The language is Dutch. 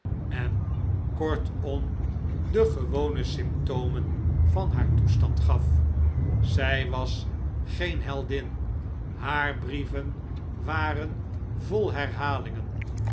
en kortom de gewone symptomen van haar toestand gaf zij was geen heldin haar brieven waren vol herhalingen